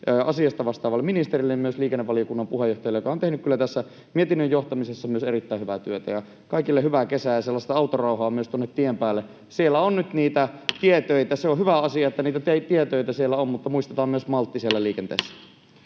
asiasta vastaavalle ministerille myös liikennevaliokunnan puheenjohtajalle, joka on kyllä tehnyt tässä mietinnön johtamisessa erittäin hyvää työtä. Kaikille hyvää kesää ja sellaista autorauhaa myös tuonne tien päälle. Siellä on nyt niitä tietöitä. Se on hyvä asia, että niitä tietöitä siellä on, mutta muistetaan myös maltti [Puhemies